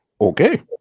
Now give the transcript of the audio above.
Okay